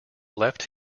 left